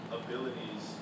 abilities